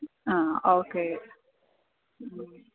ആ ഓക്കേ ഉം